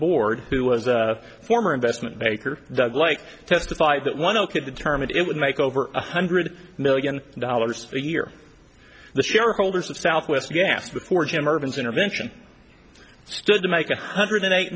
board who was a former investment banker doug like testified that one zero could determine it would make over one hundred million dollars a year the shareholders of southwest gas before jim urban's intervention stood to make a hundred and eight